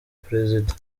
prezida